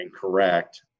correct